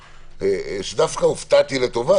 דווקא הופתעתי לטובה